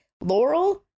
Laurel